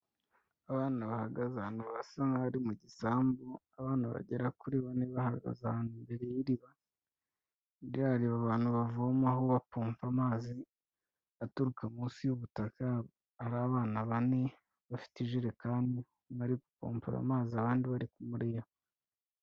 Abana bahagaze ahantu hasa nk'aho ari mu gisambu, abana bagera kuri bane bahagaze ahantu imbere y'iriba, rya riba abantu bavomaho bapompa amazi aturuka munsi y'ubutaka, ari abana bane bafite ijerekani, umwe ari gupompera amazi abandi bari kumureba.